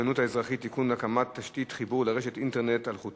תיקון טעות בחוק הרשות לטלוויזיה ורדיו (תיקון מס'